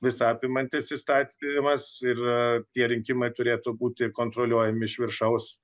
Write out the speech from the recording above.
visaapimantis įstatymas ir tie rinkimai turėtų būti kontroliuojami iš viršaus